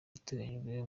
uteganyijwe